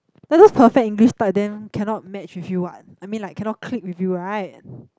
then those perfect English type then cannot match with you what I mean like cannot clique with you right